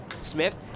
Smith